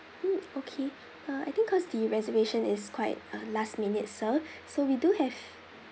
mm okay uh I think cause the reservation is quite uh last minute sir so we do have